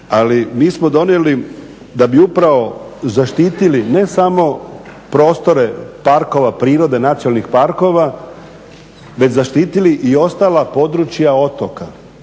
ali mi smo donijeli da bi upravo zaštiti ne samo prostore parkova prirode nacionalnih parkova već zaštiti i ostala područja otoka,